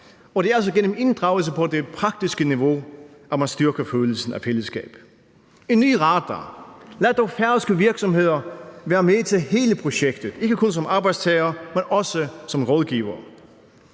altså gennem inddragelse på det praktiske niveau, at man styrker følelsen af fællesskab. En ny rader – lad dog færøske virksomheder være med til hele projektet, ikke kun som arbejdstagere, men også som rådgivere.